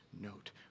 note